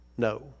No